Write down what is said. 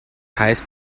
heißt